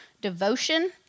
devotion